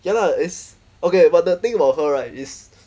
ya lah it's okay but the thing about her right is